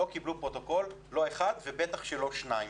לא קיבלו לא פרוטוקול אחד ובטח לא שניים.